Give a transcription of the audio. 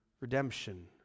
redemption